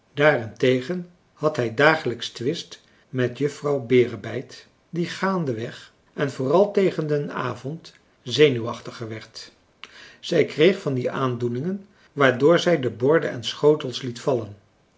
daarentegen had hij dagelijks twist met juffrouw berebijt die gaandeweg en vooral tegen den avond zenuwachtiger werd zij kreeg van die aandoeningen waardoor zij de borden en schotels liet vallen